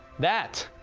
that.